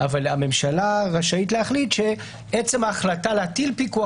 אבל הממשלה רשאית להחליט שעצם ההחלטה להטיל פיקוח